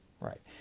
right